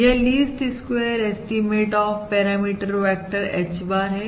यह least square estimate of parameter vector H bar है